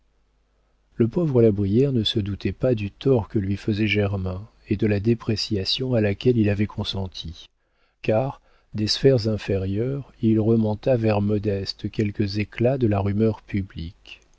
le pauvre la brière ne se doutait pas du tort que lui faisait germain et de la dépréciation à laquelle il avait consentie car des sphères inférieures il remonta vers modeste quelques éclats de la rumeur publique